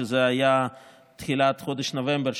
שזה היה תחילת חודש נובמבר,